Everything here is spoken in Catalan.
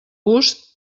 gust